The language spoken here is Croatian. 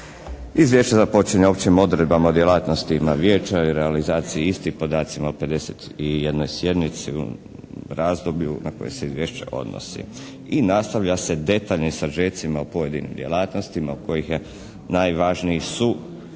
Izvješće započinje općim odredbama djelatnostima vijeća i realizaciji istih, podacima o 51. sjednici, u razdoblju na koje se izvješće odnosi i nastavlja se detaljnim sažecima o pojedinoj djelatnosti od kojih najvažniji su